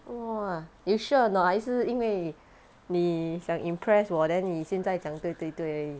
!wah! you sure or not 还是因为你想 impress 我 then 你现在讲对对对